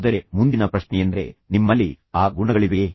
ಆದರೆ ಮುಂದಿನ ಪ್ರಶ್ನೆಯೆಂದರೆ ನಿಮ್ಮಲ್ಲಿ ಆ ಗುಣಗಳಿವೆಯೇ